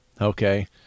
okay